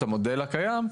את המודל הקיים,